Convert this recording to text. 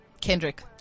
Kendrick